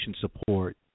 support